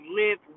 live